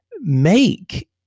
make